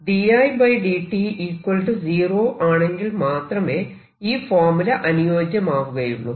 അതായത് dI dt 0 ആണെങ്കിൽ മാത്രമേ ഈ ഫോർമുല അനുയോജ്യമാവുകയ്യുള്ളൂ